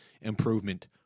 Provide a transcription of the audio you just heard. improvement